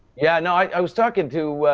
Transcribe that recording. yeah and i i was talking to,